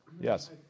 Yes